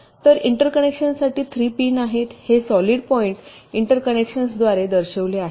तर इंटरकनेक्शन्ससाठी 3 पिन आहेत हे सॉलिड पॉईंट इंटरकनेक्शन्स द्वारे दर्शविले आहेत